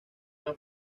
han